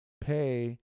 pay